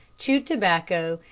chewed tobacco,